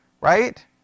right